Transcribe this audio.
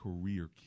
career